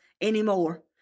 anymore